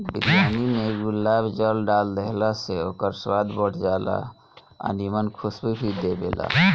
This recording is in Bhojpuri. बिरयानी में गुलाब जल डाल देहला से ओकर स्वाद बढ़ जाला आ निमन खुशबू भी देबेला